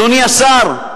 אדוני השר,